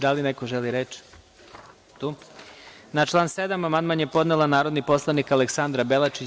Da li neko želi reč? (Ne) Na član 7. amandman je podnela narodni poslanik Aleksandra Belačić.